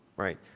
right.